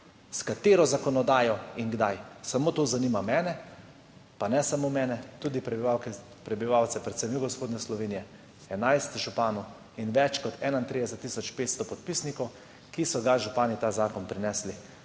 s katero zakonodajo in kdaj. Samo to zanima mene, pa ne samo mene, tudi prebivalke, prebivalce predvsem jugovzhodne Slovenije, 11 županov in več kot 31 tisoč 500 podpisnikov zakona, ki so ga župani prinesli